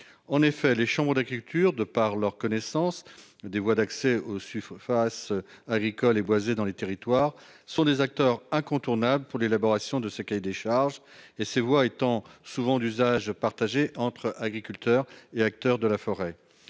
en effet les chambres d'agriculture, de par leur connaissance des voies d'accès au face agricole et boisée dans les territoires sont des acteurs incontournables pour l'élaboration de ce cahier des charges et ses voix étant souvent d'usage partagé entre agriculteurs et acteurs de la forêt.